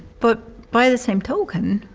but by the same token,